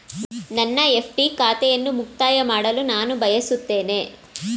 ನನ್ನ ಎಫ್.ಡಿ ಖಾತೆಯನ್ನು ಮುಕ್ತಾಯ ಮಾಡಲು ನಾನು ಬಯಸುತ್ತೇನೆ